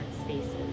spaces